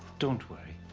don't worry.